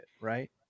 Right